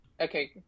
Okay